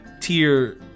tier